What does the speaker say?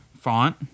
font